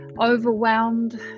overwhelmed